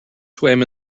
swam